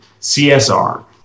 CSR